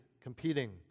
competing